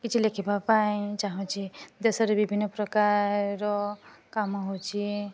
କିଛି ଲେଖିବା ପାଇଁ ଚାହୁଁଛି ଦେଶରେ ବିଭିନ୍ନ ପ୍ରକାର କାମ ହେଉଛି